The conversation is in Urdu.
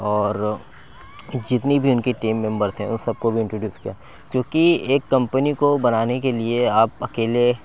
اور جتنی بھی ان کی ٹیم ممبر تھے وہ سب کو بھی انٹروڈیوس کیا کیوں کہ ایک کمپنی کو بنانے کے لیے آپ اکیلے